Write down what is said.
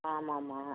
ஆமாமாம்